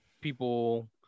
people